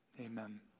Amen